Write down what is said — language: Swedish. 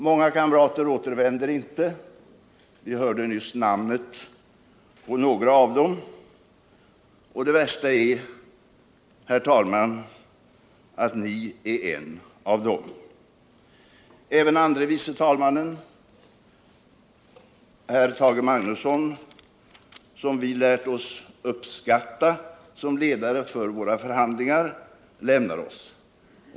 Många kamrater återvänder inte i höst — vi hörde nyss namnen på några av dem — och det värsta är, herr talman, att ni är en av dem. Även andre vice talmannen, herr Tage Magnusson, som vi lärt oss uppskatta som ledare för våra förhandlingar, lämnar oss.